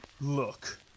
Look